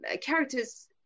characters